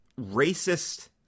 racist